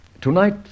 Tonight